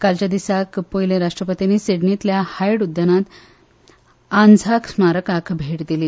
कालच्या दिसाक पयली राष्ट्रपतींनी सिडनींतल्या हायड उद्यानांत आन्झाक स्मारकाक भेट दिली